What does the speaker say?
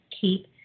keep